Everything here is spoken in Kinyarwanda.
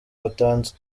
batanze